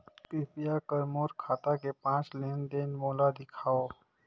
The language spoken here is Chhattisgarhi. कृपया कर मोर खाता के पांच लेन देन मोला दिखावव